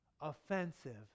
offensive